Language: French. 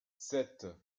sept